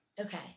okay